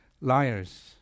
liars